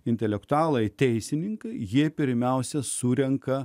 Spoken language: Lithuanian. intelektualai teisininkai jie pirmiausia surenka